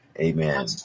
Amen